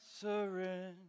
surrender